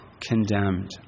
condemned